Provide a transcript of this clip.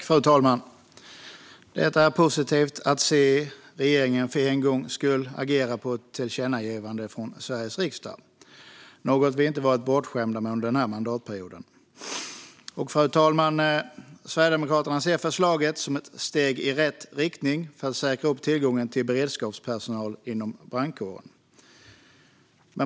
Fru talman! Det är positivt att regeringen för en gångs skull agerar på ett tillkännagivande från Sveriges riksdag; det är någonting vi inte har varit bortskämda med under denna mandatperiod. Fru talman! Sverigedemokraterna ser förslaget som ett steg i rätt riktning för att säkra tillgången till beredskapspersonal inom brandkåren.